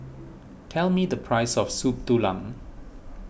tell me the price of Soup Tulang